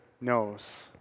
knows